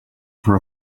for